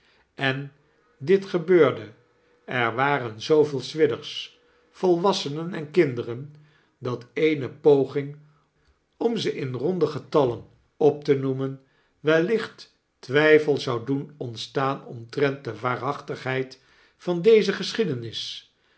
en dit gebeurde er waren zooveel swidgers volwasseneh en kinderen dat eerie poging om ze in ronde getallen op te noemen wellicht twijfel zou doen ontstaan omtrent de waarachtigheid van deze geschiedenis